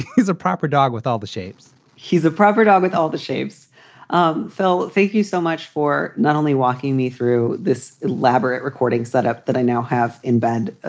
he's a proper dog with all the shapes. he's a proper dog with all the shapes um phil, thank you so much for not only walking me through this elaborate recording setup that i now have in band, ah